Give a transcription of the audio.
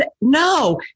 No